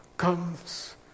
Comes